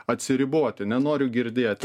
atsiriboti nenoriu girdėti